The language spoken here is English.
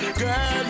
girl